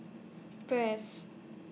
Press